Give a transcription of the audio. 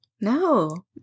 No